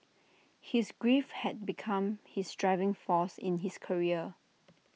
his grief had become his driving force in his career